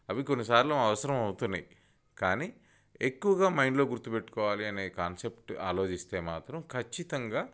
అవి కొన్ని సార్లు అవసరం అవుతున్నాయి కానీ ఎక్కువగా మైండ్లో గుర్తు పెట్టుకోవాలి అనే కాన్సెప్ట్ ఆలోచిస్తే మాత్రం ఖచ్చితంగా